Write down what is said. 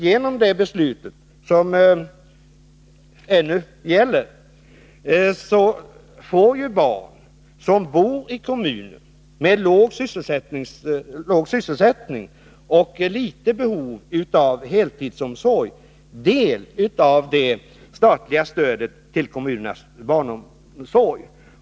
Genom det beslutet, som ännu gäller, får barn som bor i kommuner med låg sysselsättning och litet behov av heltidsomsorg del av det statliga stödet till kommunernas barnomsorg.